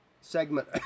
segment